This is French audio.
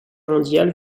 mondiale